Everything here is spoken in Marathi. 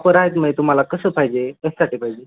ऑफर आहेत मग तुम्हाला कसं पाहिजे कशासाठी पाहिजे